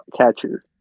catcher